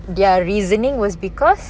their reasoning was because